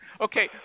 Okay